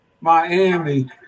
Miami